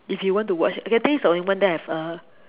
if you want to watch okay this is the only one that I have uh